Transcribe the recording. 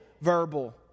verbal